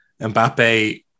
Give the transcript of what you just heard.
Mbappe